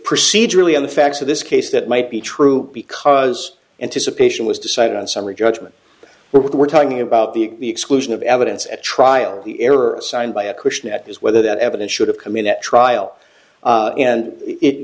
procedurally on the facts of this case that might be true because anticipation was decided on summary judgment we're talking about the exclusion of evidence at trial the error assigned by a question that is whether that evidence should have come in at trial and it